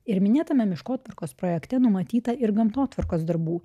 ir minėtame miškotvarkos projekte numatyta ir gamtotvarkos darbų